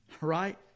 Right